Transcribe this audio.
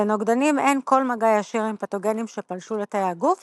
לנוגדנים אין כל מגע ישיר עם פתוגנים שפלשו לתאי הגוף,